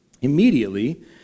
immediately